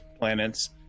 planets